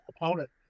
opponent